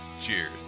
Cheers